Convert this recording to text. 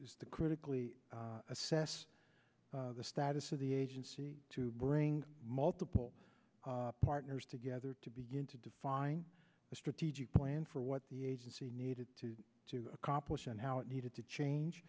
a the critically assess the status of the agency to bring multiple partners together to begin to define a strategic plan for what the agency needed to accomplish and how it needed to change